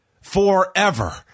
forever